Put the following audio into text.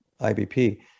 IBP